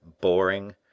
boring